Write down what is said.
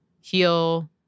heal